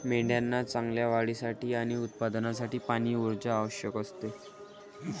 मेंढ्यांना चांगल्या वाढीसाठी आणि उत्पादनासाठी पाणी, ऊर्जा आवश्यक असते